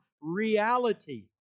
reality